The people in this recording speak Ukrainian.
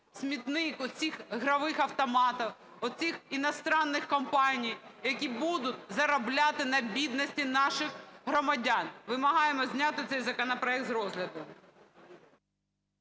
смітник оцих игровых автоматов, оцих иностранных компаний, які будуть заробляти на бідності наших громадян. Вимагаємо зняти цей законопроект з розгляду.